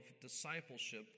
discipleship